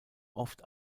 oft